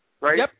right